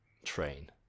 train